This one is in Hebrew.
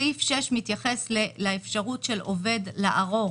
סעיף 6 מתייחס לאפשרות של עובד לערור